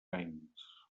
anys